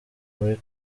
muri